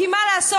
כי מה לעשות?